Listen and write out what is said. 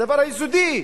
הדבר היסודי,